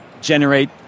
generate